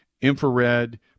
infrared